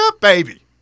baby